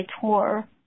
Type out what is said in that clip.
tour